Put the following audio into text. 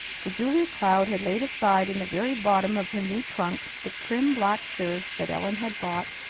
for julia cloud had laid aside in the very bottom of her new trunk the prim black serge that ellen had bought,